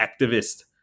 activist